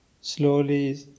Slowly